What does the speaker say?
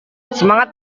semangat